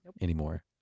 anymore